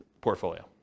portfolio